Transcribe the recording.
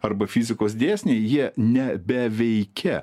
arba fizikos dėsniai jie nebeveikia